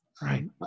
Right